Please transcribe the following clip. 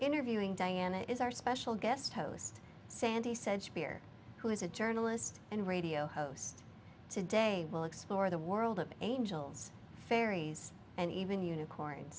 interviewing diana is our special guest host sandy said spir who is a journalist and radio host today will explore the world of angels fairies and even unicorn